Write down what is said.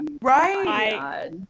Right